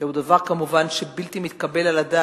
זהו דבר כמובן בלתי מתקבל על הדעת.